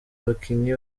bakinyi